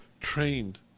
trained